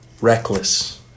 reckless